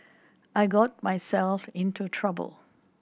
I got myself into trouble